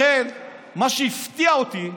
לכן מה שהפתיע אותי הוא